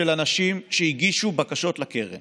חודשים, ולכן חלקן